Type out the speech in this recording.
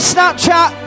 Snapchat